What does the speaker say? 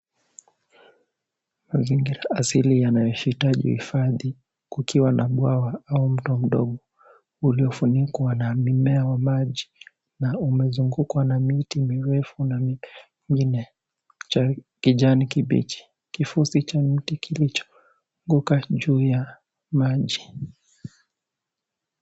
Mazingira asili yanayohitaji hifadhi kukiwa na bwawa au mto mdogo uliofunikwa na mimea wa maji na umezugukwa na miti mirefu na mingine kijani kibichi. Kifosi cha mti kilichoaguka juu ya maji.